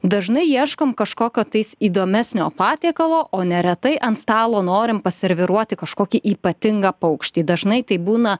dažnai ieškom kažkokio tais įdomesnio patiekalo o neretai ant stalo norim paserviruoti kažkokį ypatingą paukštį dažnai tai būna